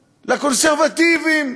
לקונסרבטיבים,